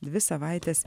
dvi savaites